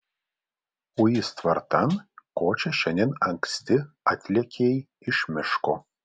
uis tvartan ko čia šiandien anksti atlėkei iš miško